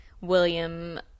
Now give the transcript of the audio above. William